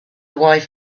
wife